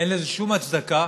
אין שום הצדקה